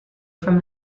from